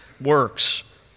works